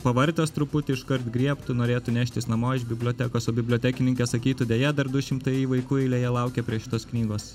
pavartęs truputį iškart griebtų norėtų neštis namo iš bibliotekos o bibliotekininkė sakytų deja dar du šimtai vaikų eilėje laukia prie šitos knygos